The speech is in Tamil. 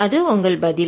அது உங்கள் பதில்